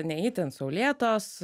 ne itin saulėtos